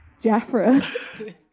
Jaffra